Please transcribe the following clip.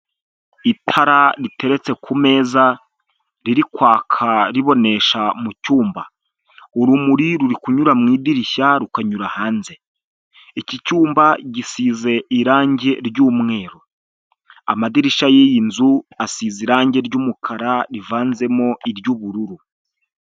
Itara riteretse ku meza ririkwaka ribonesha mu cyumba, urumuri ruri kunyura mu idirishya, rukanyura hanze, iki cyumba gisize irangi ry'umweru, amadirishya y'iyi nzu asize irangi ry'umukara, rivanzemo iry'ubururu.